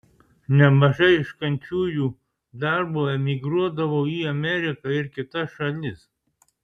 nemažai ieškančiųjų darbo emigruodavo į ameriką ir kitas šalis